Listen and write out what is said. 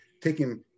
taking